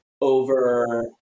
over